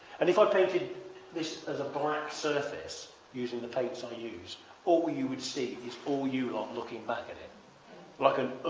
and if i painted this as a black surface using the paints i use all you would see is all you looking back at it like an